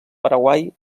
paraguai